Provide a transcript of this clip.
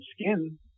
skin